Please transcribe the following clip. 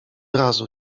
razu